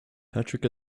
patrick